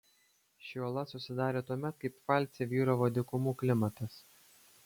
ši uola susidarė tuomet kai pfalce vyravo dykumų klimatas